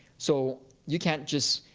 so you can't just.